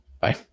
bye